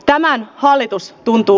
tämä hallitus tuntuu